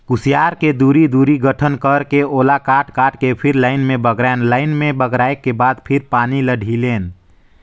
खुसियार के दूरी, दूरी गठन करके ओला काट काट के फिर लाइन से बगरायन लाइन में बगराय के बाद फिर पानी ल ढिलेन